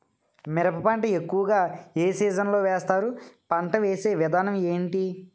మిరప పంట ఎక్కువుగా ఏ సీజన్ లో వేస్తారు? పంట వేసే విధానం ఎంటి?